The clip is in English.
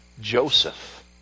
Joseph